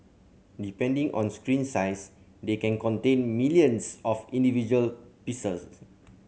depending on screen size they can contain millions of individual pixels